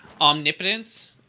omnipotence